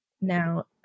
Now